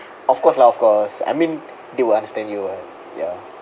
of course lah of course I mean they will understand you what ya